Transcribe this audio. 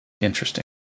Interesting